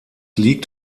liegt